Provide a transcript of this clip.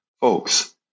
Folks